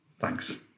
Thanks